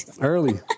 early